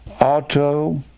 auto